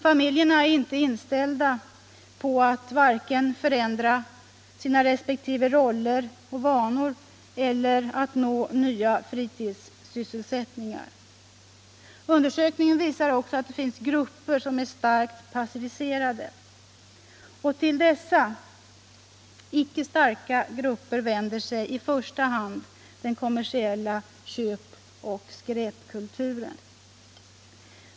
Familjerna är varken inställda på att förändra sina resp. roller och vanor eller på att nå nya fritidssysselsättningar. Undersökningen visar också att det finns grupper som är starkt passiviserade. Till dessa icke-starka grupper vänder sig i första hand den kommersiella köpoch skräpkulturen.